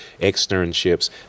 externships